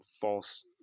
false